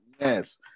Yes